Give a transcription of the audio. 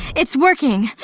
it's working.